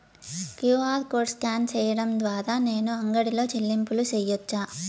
QR code scan సేయడం ద్వారా నేను అంగడి లో చెల్లింపులు సేయొచ్చా?